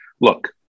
look